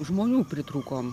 žmonių pritrūkom